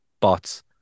bots